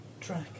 Track